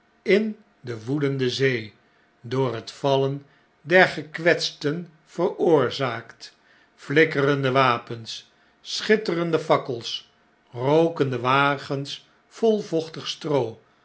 in de woedende zee door het vallen der gekwetsten veroorzaakt elikkerende wapens schitterende fakkels rookende wagens vol vochtig stroo